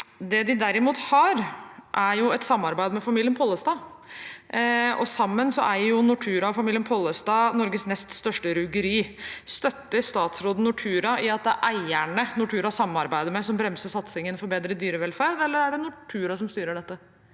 Det de derimot har, er et samarbeid med familien Pollestad. Sammen eier Nortura og familien Pollestad Norges nest største rugeri. Støtter statsråden Nortura i at det er eierne Nortura samarbeider med, som bremser satsingen for bedre dyrevelferd, eller er det Nortura som styrer dette?